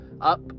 up